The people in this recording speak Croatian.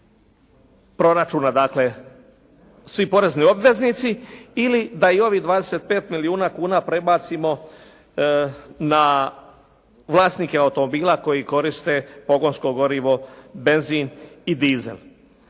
proračuna, dakle svi porezni obveznici ili da i ovih 25 milijuna kuna prebacimo na vlasnike automobila koji koriste pogonsko gorivo benzin i dizel.